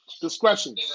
discretion